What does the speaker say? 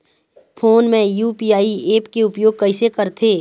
Phone मे UPI app के उपयोग कइसे करथे?